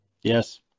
Yes